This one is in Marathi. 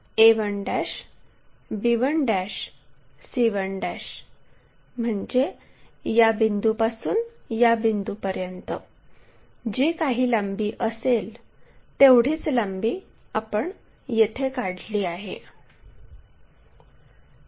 तर a1 b1 c1 म्हणजे या बिंदूपासून या बिंदूपर्यंत जी काही लांबी असेल तेवढीच लांबी आपण येथे काढली आहे